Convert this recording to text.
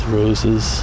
roses